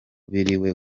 biriwe